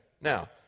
Now